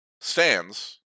stands